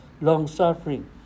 long-suffering